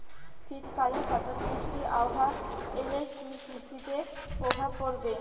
শীত কালে হঠাৎ বৃষ্টি আবহাওয়া এলে কি কৃষি তে প্রভাব পড়বে?